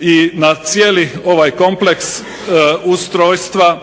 i na cijeli ovaj kompleks ustrojstva